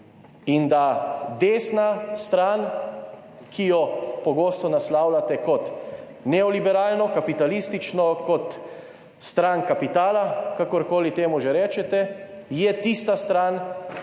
mora desna stran, ki jo pogosto naslavljate kot neoliberalno, kapitalistično, kot stran kapitala, kakorkoli že temu rečete, je tista stran,